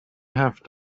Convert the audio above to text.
have